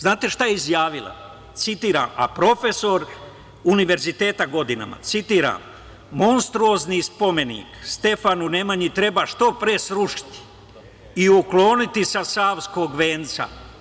Znate li šta je izjavila, a profesor Univerziteta godinama, citiram: “Monstruozni spomenik Stefanu Nemanji treba što pre srušiti i ukloniti sa Savskog Venca“